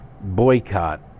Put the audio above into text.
boycott